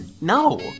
no